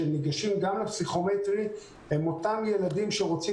שניגשים גם לפסיכומטרי הם אותם ילדים שרוצים